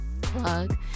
Plug